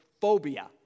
phobia